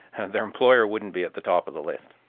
their employer wouldn't be at the top of the list.